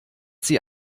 sie